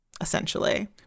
essentially